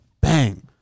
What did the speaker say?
Bang